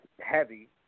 heavy